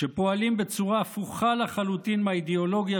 שפועלים בצורה הפוכה לחלוטין מהאידיאולוגיה